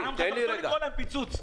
אסור לקרוא להם פיצוץ.